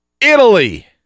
Italy